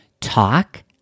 talk